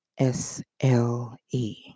SLE